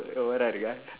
overaa இருக்கா:irukkaa